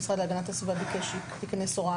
המשרד להגנת הסביבה ביקש שתכנס הוראה